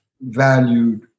valued